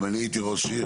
אם אני הייתי ראש עיר